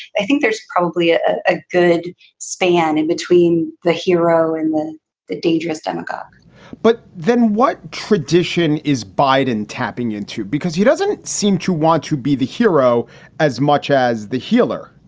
i think there's probably a ah good span in between the hero and the the dangerous demagogue but then what tradition is biden tapping into because he doesn't seem to want to be the hero as much as the healer?